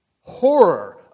horror